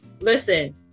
listen